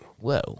Whoa